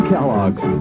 Kellogg's